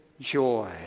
joy